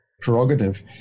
prerogative